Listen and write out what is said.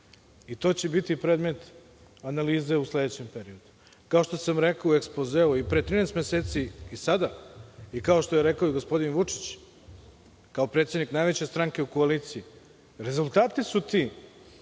To će biti predmet analize u narednom periodu. Kao što sam rekao u ekspozeu i pre 13 meseci i sada, kao što je rekao i gospodin Vučić, kao predsednik najveće stranke u koaliciji, rezultati su ti